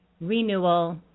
renewal